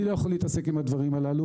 אני לא יכול להתעסק עם הדברים האלה.